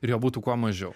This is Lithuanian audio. ir jo būtų kuo mažiau